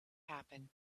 happen